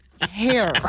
hair